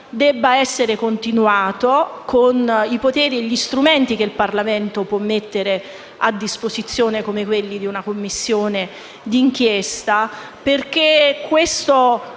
deve essere portato avanti con i poteri e gli strumenti che il Parlamento può mettere a disposizione, come quelli di una Commissione di inchiesta. Riportare